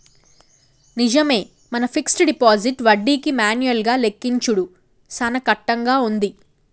నిజమే మన fixed deposit వడ్డీకి మాన్యువల్ గా లెక్కించుడు సాన కట్టంగా ఉంది